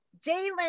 Jalen